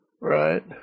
Right